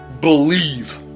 Believe